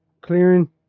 clearing